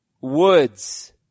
Woods